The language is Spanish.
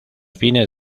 fines